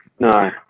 No